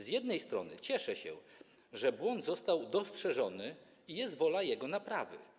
Z jednej strony cieszę się, że błąd został dostrzeżony i jest wola jego naprawy.